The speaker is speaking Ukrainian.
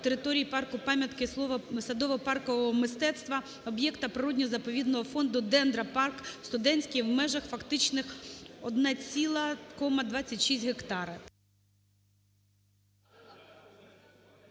території парку-пам'ятки садово-паркового мистецтва, об'єкта природно-заповідного фонду Дендропарк "Студентський" в межах фактично 1,26 га.